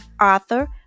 author